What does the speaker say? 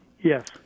Yes